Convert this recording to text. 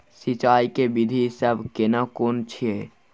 सिंचाई के विधी सब केना कोन छिये?